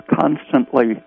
constantly